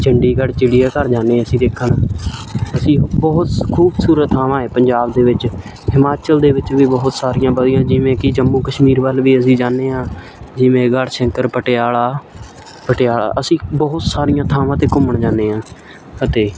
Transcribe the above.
ਚੰਡੀਗੜ੍ਹ ਚਿੜੀਆ ਘਰ ਜਾਂਦੇ ਹਾਂ ਅਸੀਂ ਦੇਖਣ ਅਸੀਂ ਬਹੁਤ ਸ ਖੂਬਸੂਰਤ ਥਾਵਾਂ ਹੈ ਪੰਜਾਬ ਦੇ ਵਿੱਚ ਹਿਮਾਚਲ ਦੇ ਵਿੱਚ ਵੀ ਬਹੁਤ ਸਾਰੀਆਂ ਵਧੀਆ ਜਿਵੇਂ ਕਿ ਜੰਮੂ ਕਸ਼ਮੀਰ ਵੱਲ ਵੀ ਅਸੀਂ ਜਾਂਦੇ ਹਾਂ ਜਿਵੇਂ ਗੜਸ਼ੰਕਰ ਪਟਿਆਲਾ ਪਟਿਆਲਾ ਅਸੀਂ ਬਹੁਤ ਸਾਰੀਆਂ ਥਾਵਾਂ 'ਤੇ ਘੁੰਮਣ ਜਾਂਦੇ ਹਾਂ ਅਤੇ